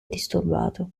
disturbato